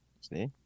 see